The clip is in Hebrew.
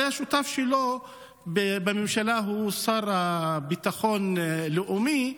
הרי השותף שלו לממשלה הוא השר לביטחון לאומי,